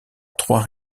trois